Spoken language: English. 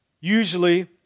Usually